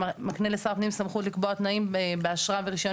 שמקנה לשר הפנים סמכות לקבוע תנאים באשרה ורישיון